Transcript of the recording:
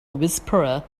whisperer